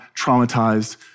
traumatized